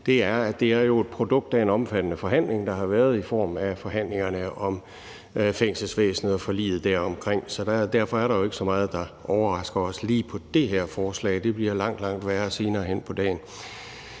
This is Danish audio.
det, er, at det er et produkt af en omfattende forhandling, der har været i form af forhandlinger om fængselsvæsenet og forliget om det. Derfor er der jo ikke så meget, der overrasker os i lige det her forslag. Det bliver langt, langt værre senere på dagen.